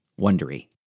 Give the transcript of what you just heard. Wondery